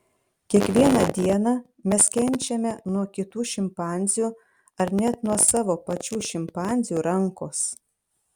kiekvieną dieną mes kenčiame nuo kitų šimpanzių ar net nuo savo pačių šimpanzių rankos